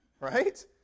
Right